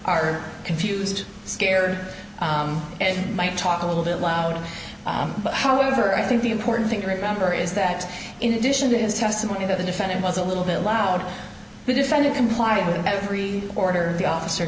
are confused scared and might talk a little bit louder however i think the important thing to remember is that in addition to his testimony that the defendant was a little bit loud the defendant complying with every order the officer